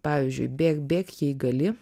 pavyzdžiui bėk bėk jei gali